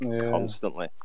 constantly